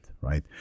right